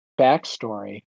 backstory